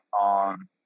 on